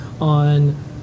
on